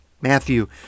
Matthew